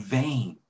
vain